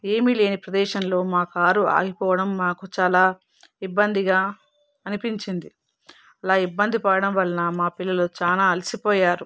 ఏమీ లేని ప్రదేశంలో మా కారు ఆగిపోవడం మాకు చాలా ఇబ్బందిగా అనిపించింది ఇలా ఇబ్బంది పడడం వలన మా పిల్లలు చాలా అలసిపోయారు